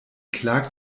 klagt